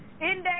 index